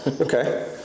Okay